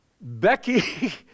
becky